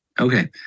Okay